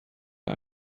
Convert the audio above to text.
der